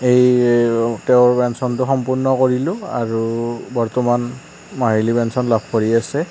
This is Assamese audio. এই তেওঁৰ পেঞ্চনটো সম্পূৰ্ণ কৰিলোঁ আৰু বৰ্তমান মাহিলী পেঞ্চন লাভ কৰি আছে